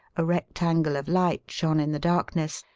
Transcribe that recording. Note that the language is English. a rectangle of light shone in the darkness,